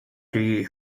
die